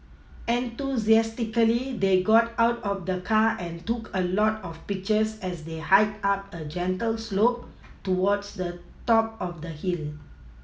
enthusiastically they got out of the car and took a lot of pictures as they hiked up a gentle slope towards the top of the hill